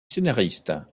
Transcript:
scénariste